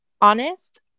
honest